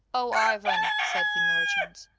oh, ivan, said the merchants,